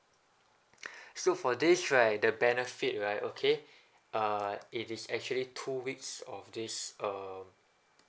so for this right the benefit right okay uh it is actually two weeks of this uh um